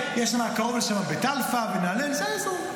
קרוב לשם יש את בית אלפא ואת נהלל, זה האזור.